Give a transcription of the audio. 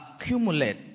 accumulate